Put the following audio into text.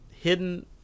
hidden